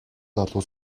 залуу